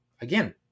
again